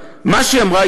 אבל מה שהיא אמרה,